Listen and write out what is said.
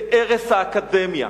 זה הרס האקדמיה.